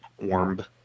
warm